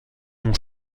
mon